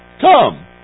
Come